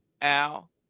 Al